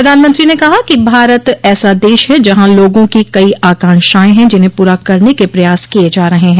प्रधानमंत्री ने कहा कि भारत ऐसा देश है जहां लोगों की कई आकांक्षाएं हैं जिन्हें पूरा करने के प्रयास किए जा रहे हैं